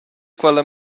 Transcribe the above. quella